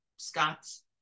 scott's